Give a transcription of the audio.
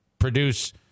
produce